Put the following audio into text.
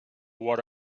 what